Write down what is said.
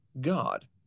god